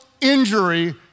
injury